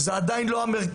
זה לא המרכז,